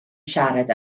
siarad